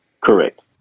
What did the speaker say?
correct